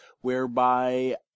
whereby